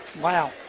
Wow